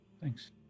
Thanks